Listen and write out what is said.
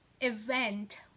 event